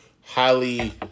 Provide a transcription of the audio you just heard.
Highly